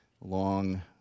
long